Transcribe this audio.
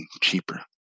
cheaper